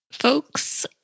Folks